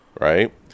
right